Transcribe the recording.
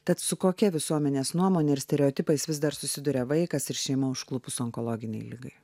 tad su kokia visuomenės nuomone ir stereotipais vis dar susiduria vaikas ir šeima užklupus onkologinei ligai